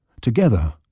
Together